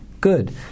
Good